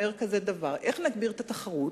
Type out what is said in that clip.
אומר דבר כזה: איך נגביר את התחרות?